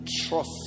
trust